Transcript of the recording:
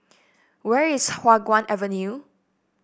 where is Hua Guan Avenue